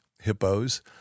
hippos